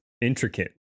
intricate